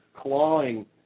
clawing